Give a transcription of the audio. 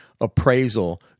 appraisal